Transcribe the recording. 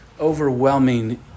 overwhelming